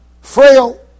frail